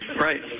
Right